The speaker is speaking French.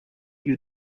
lieu